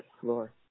floor